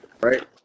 Right